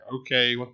okay